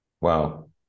Wow